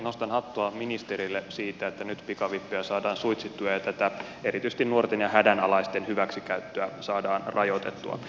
nostan hattua ministerille siitä että nyt pikavippejä saadaan suitsittua ja tätä erityisesti nuorten ja hädänalaisten hyväksikäyttöä saadaan rajoitettua